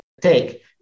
take